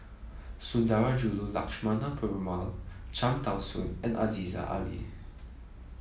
Sundarajulu Lakshmana Perumal Cham Tao Soon and Aziza Ali